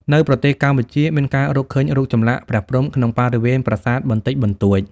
នៅប្រទេសកម្ពុជា មានការរកឃើញរូបចម្លាក់ព្រះព្រហ្មក្នុងបរិវេណប្រាសាទបន្តិចបន្តួច។